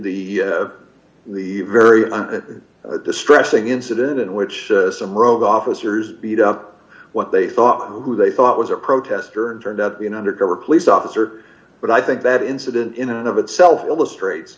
the the very distressing incident in which some rogue officers beat up what they thought who they thought was a protester and turned up you know undercover police officer but i think that incident in and of itself illustrates